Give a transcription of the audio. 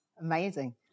Amazing